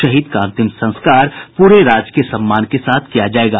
शहीद का अंतिम संस्कार पूरे राजकीय सम्मान के साथ किया जायेगा